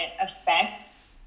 affects